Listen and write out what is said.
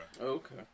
Okay